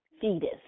fetus